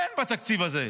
אין בתקציב הזה,